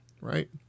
right